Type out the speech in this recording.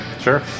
Sure